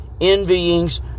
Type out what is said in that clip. envyings